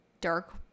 dark